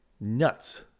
Nuts